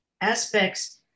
aspects